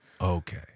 Okay